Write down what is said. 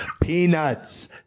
peanuts